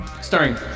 Starring